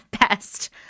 best